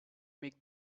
make